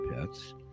pets